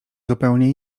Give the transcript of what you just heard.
zupełnie